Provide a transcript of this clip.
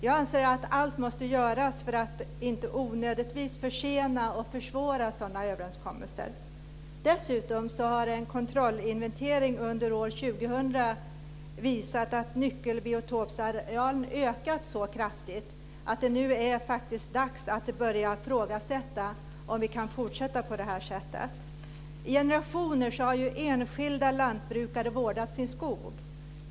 Jag anser att allt måste göras för att inte onödigtvis försena och försvåra sådana överenskommelser. Dessutom har en kontrollinventering under år 2000 visat att nyckelbiotopsarealen ökat så kraftig att det nu faktiskt är dags att börja ifrågasätta om vi kan fortsätta på det här sättet. I generationer har enskilda lantbrukare vårdat sin skog.